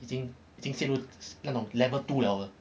已经已经陷入那种 level two liao liao